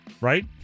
right